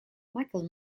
michael